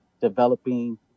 developing